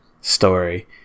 story